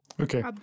Okay